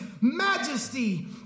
majesty